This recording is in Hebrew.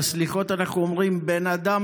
בסליחות אנחנו אומרים: "בן אדם,